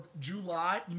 July